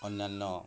ଅନ୍ୟାନ୍ୟ